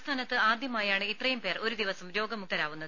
സംസ്ഥാനത്ത് ആദ്യമായാണ് ഇത്രയും പേർ ഒരു ദിവസം രോഗമുക്തരാവുന്നത്